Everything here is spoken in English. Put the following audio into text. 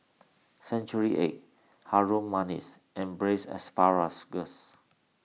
Century Egg Harum Manis and Braised